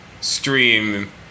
stream